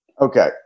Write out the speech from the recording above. Okay